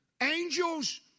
Angels